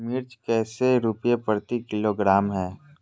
मिर्च कैसे रुपए प्रति किलोग्राम है?